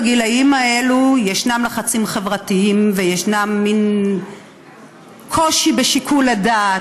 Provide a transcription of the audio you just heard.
בגילים האלה יש לחצים חברתיים ויש קושי בשיקול הדעת,